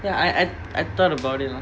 ya I I I thought about it